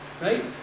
Right